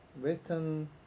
western